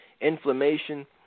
inflammation